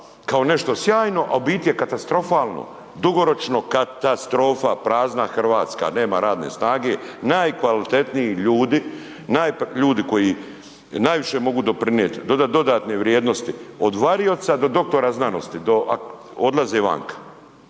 kao nešto sjajno, a u biti je katastrofalno, dugoročno katastrofa, prazna RH, nema radne snage, najkvalitetniji ljudi, ljudi koji najviše mogu doprinijet dodatne vrijednosti od varioca do doktora znanosti do, a odlaze vanka,